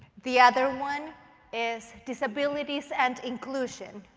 the other one is disabilities and inclusion.